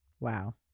Wow